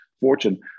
fortune